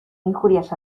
injurias